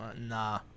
nah